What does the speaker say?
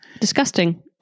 Disgusting